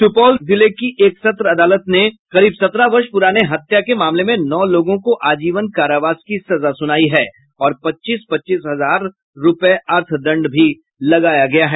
सुपौल जिले की एक सत्र अदालत ने करीब सत्रह वर्ष प्रराने हत्या के मामले में नौ लोगों को आजीवन कारावास की सजा सुनाई है और पच्चीस पच्चीस हजार अर्थदंड भी लगाया गया है